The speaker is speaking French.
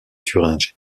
thuringe